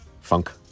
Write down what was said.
Funk